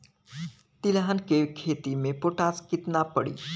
तिलहन के खेती मे पोटास कितना पड़ी?